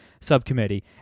subcommittee